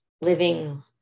living